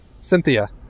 Cynthia